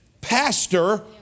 pastor